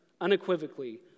unequivocally